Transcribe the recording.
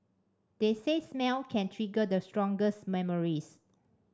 they say smell can trigger the strongest memories